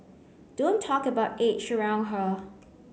don't talk about age around her